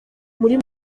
muri